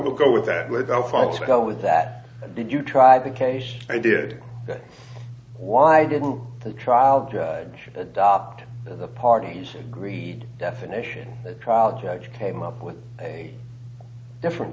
alphonse go with that did you try the case i did why didn't the trial judge adopt the parties agreed definition the trial judge came up with a different